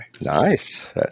Nice